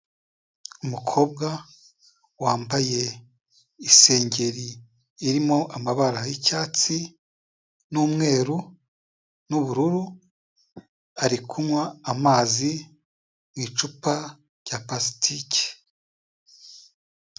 Umukobwa wambaye isengeri irimo amabara y'icyatsi n'umweru n'ubururu, ari kunywa amazi mu icupa rya pulasitiki.